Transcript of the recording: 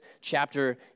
chapter